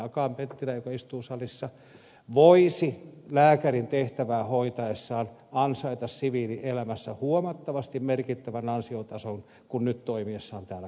akaan penttilä joka istuu salissa voisi lääkärin tehtävää hoitaessaan saada siviilielämässä huomattavasti merkittävämmän ansiotason kuin nyt toimiessaan täällä kansanedustajana